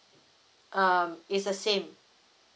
um it's the same